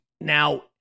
Now